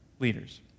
leaders